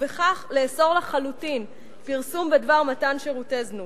ובכך לאסור לחלוטין פרסום בדבר מתן שירותי זנות.